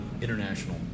International